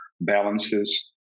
balances